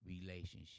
relationship